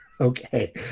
Okay